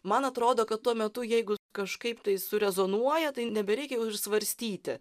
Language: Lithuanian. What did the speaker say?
man atrodo kad tuo metu jeigu kažkaip tai su rezonuoja tai nebereikia jau ir svarstyti